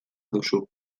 duzu